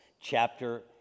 chapter